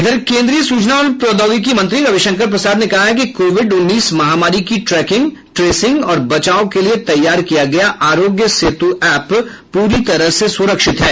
इधर केंद्रीय सूचना और प्रौद्योगिकी मंत्री रविशंकर प्रसाद ने कहा है कि कोविड उन्नीस महामारी की ट्रैकिंग ट्रेसिंग और बचाव के लिए तैयार किया गया आरोग्य सेतु एप पूरी तरह से सुरक्षित है